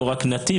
לא רק נתיב,